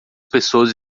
pessoas